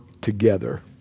together